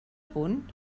punt